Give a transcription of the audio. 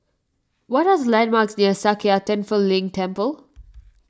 what are the landmarks near Sakya Tenphel Ling Temple